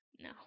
No